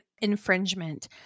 infringement